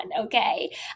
okay